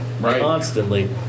constantly